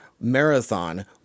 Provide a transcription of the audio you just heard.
marathon